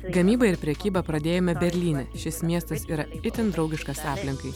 gamybą ir prekybą pradėjome berlyne šis miestas yra itin draugiškas aplinkai